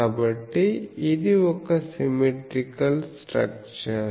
కాబట్టి ఇది ఒక సిమెట్రీకల్ స్ట్రక్చర్